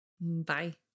Bye